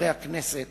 חברי הכנסת